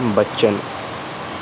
ਬਚਨ